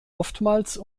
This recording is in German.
oftmals